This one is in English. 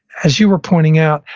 as you are pointing out,